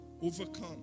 overcome